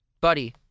Buddy